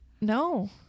No